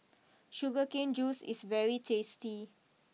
Sugar Cane juice is very tasty